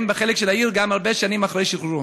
בחלק של העיר גם הרבה שנים אחרי שחרורו.